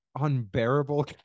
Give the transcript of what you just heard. unbearable